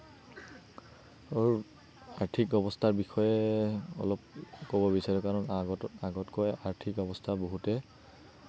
আৰু আৰ্থিক অৱস্থাৰ বিষয়ে অলপ ক'ব বিচাৰোঁ কাৰণ আগত আগতকৈ আৰ্থিক অৱস্থা বহুতেই